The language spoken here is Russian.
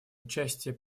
участие